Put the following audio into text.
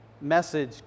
message